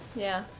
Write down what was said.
yeah.